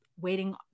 waiting